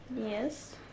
Yes